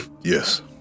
Yes